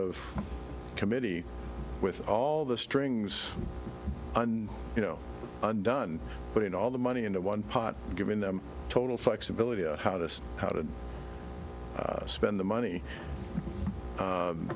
of committee with all the strings and you know undone putting all the money into one pot giving them total flexibility on how to how to spend the money